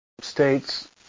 states